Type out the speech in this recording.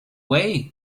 way